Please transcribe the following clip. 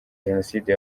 jenoside